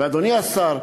ואדוני השר,